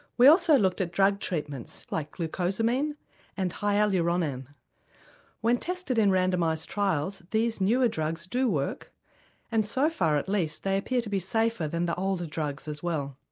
we also looked at drug treatments like glucosamine and hyaluronan. when tested in randomised trials these newer drugs do work and so far at least they appear to be safer than the older drugs as well.